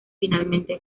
finalmente